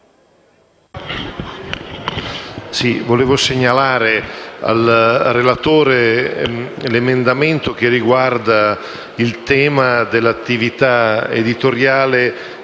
desidero segnalare al relatore l'emendamento che riguarda il tema dell'attività editoriale